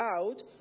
out